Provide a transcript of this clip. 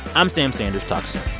i'm sam sanders. talk so